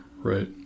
right